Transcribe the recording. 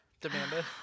Demanda